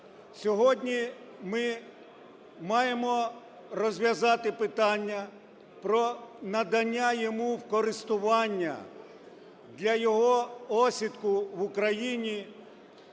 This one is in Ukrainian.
Сьогодні ми маємо розв'язати питання про надання йому в користування для його осідку в Україні